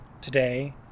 Today